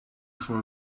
for